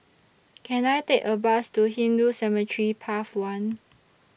Can I Take A Bus to Hindu Cemetery Path one